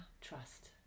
trust